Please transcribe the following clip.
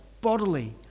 bodily